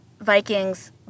Vikings